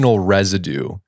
residue